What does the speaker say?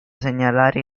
segnalare